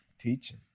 teaching